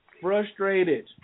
frustrated